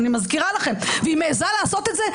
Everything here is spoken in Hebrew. אני מזכירה לכם והיא מעזה לעשות את זה,